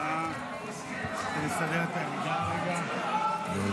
חברי הכנסת, בבקשה.